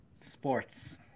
Sports